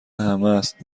همست